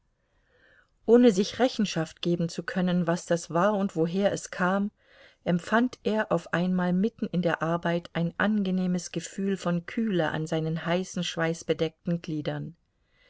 ohne sich rechenschaft geben zu können was das war und woher es kam empfand er auf einmal mitten in der arbeit ein angenehmes gefühl von kühle an seinen heißen schweißbedeckten gliedern